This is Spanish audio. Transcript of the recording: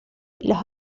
las